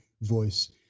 voice